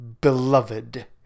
beloved